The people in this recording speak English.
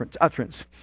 utterance